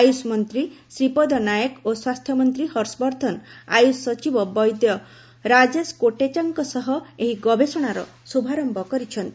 ଆୟୁଷ ମନ୍ତ୍ରୀ ଶ୍ରୀପଦ ନାୟକ ଓ ସ୍ନାସ୍ଥ୍ୟମନ୍ତ୍ରୀ ହର୍ଷବର୍ଦ୍ଧନ ଆୟୁଷ ସଚିବ ବୈଦ୍ୟ ରାଜେଶ କୋଟେଚାଙ୍କ ସହ ଏହି ଗବେଷଣାର ଶ୍ରଭାରମ୍ଭ କରିଛନ୍ତି